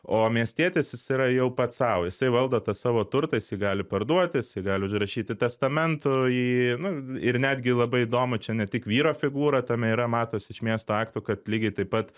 o miestietis jis yra jau pats sau jisai valdo tą savo turtą jisai gali parduoti jisai gali užrašyti testamentu jį nu ir netgi labai įdomu čia ne tik vyro figūra tame yra matos iš miesto aktų kad lygiai taip pat